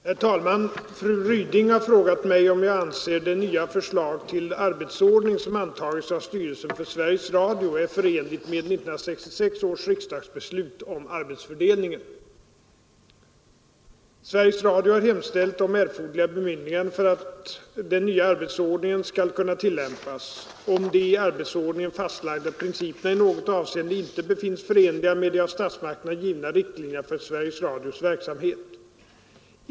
Herr talman! Fru Ryding har frågat mig om jag anser det nya förslag till arbetsordning som antagits av styrelsen för Sveriges Radio är förenligt med 1966 års riksdagsbeslut om arbetsfördelningen. Sveriges Radio har hemställt om erforderliga bemyndiganden för att den nya arbetsordningen skall kunna tillämpas, om de i arbetsordningen fastlagda principerna i något avseende inte befinns förenliga med de av statsmakterna givna riktlinjerna för Sveriges Radios verksamhet.